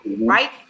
right